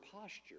posture